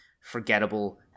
forgettable